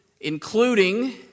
including